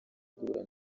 guhura